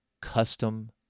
custom